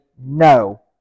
no